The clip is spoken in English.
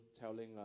telling